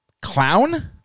Clown